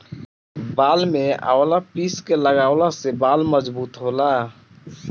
बाल में आवंला पीस के लगवला से बाल मजबूत होला